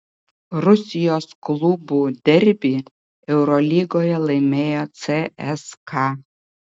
rusijos klubų derbį eurolygoje laimėjo cska